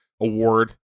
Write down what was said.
award